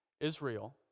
Israel